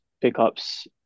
pickups